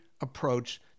approach